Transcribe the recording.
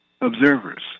observers